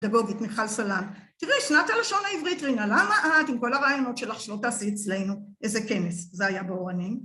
תביאי את מיכל סלן. תראי שנת הלשון העברית רינה, למה את עם כל הרעיונות שלך שלא תישי אצלנו, איזה כנס. זה היה באורנים